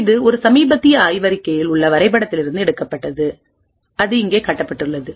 இது ஒரு சமீபத்திய ஆய்வறிக்கையில் உள்ள வரைபடத்திலிருந்து எடுக்கப்பட்டுஅது இங்கே காட்டப்பட்டுள்ளது